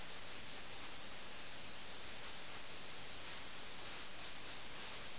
ഇപ്പോൾ ഈ ചെറുകഥയിലെ ഈ വിവരണത്തിൽ സ്ഥലപരമായ പ്രാധാന്യം പ്രകടമാണ്